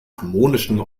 harmonischen